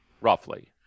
roughly